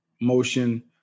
motion